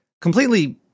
completely